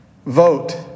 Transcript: vote